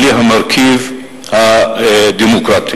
בלי המרכיב הדמוקרטי.